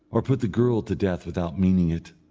or put the girl to death without meaning it.